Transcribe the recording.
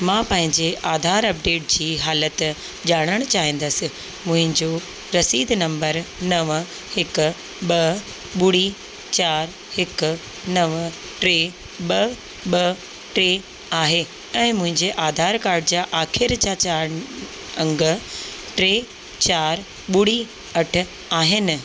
मां पंहिंजे आधार अपडेट जी हालति ॼाणणु चाहींदसि मुंहिंजो रसीद नंबर नव हिकु ॿ ॿुड़ी चार हिकु नव टे ॿ ॿ टे आहे ऐं मुंहिंजे आधार कार्ड जा आख़िरि जा चार अंग टे चार ॿुड़ी अठ आहिनि